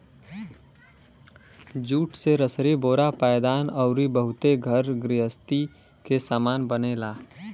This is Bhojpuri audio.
जूट से रसरी बोरा पायदान अउरी बहुते घर गृहस्ती के सामान बनेला